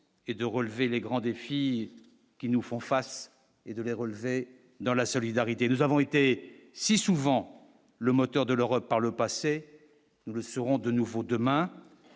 et de relever les grands défis qui nous font face, et de les relever dans la solidarité, nous avons été si souvent le moteur de l'Europe par le passé. Nous serons de nouveau demain